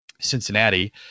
cincinnati